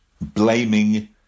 blaming